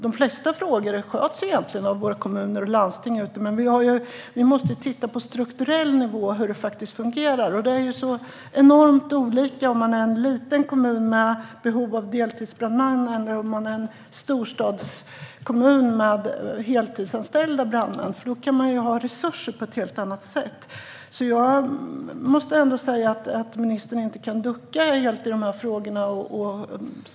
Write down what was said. De flesta frågor sköts egentligen av våra kommuner och landsting, men vi måste på strukturell nivå titta på hur det faktiskt fungerar. Det är enormt olika beroende på om det handlar om en liten kommun med behov av deltidsbrandmän eller en storstadskommun med heltidsanställda brandmän. En storstad kan ha resurser på ett helt annat sätt. Jag måste säga att ministern inte kan ducka helt och hållet i de här frågorna.